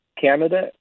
Canada